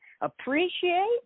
appreciate